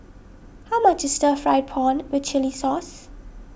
how much is Stir Fried Prawn with Chili Sauce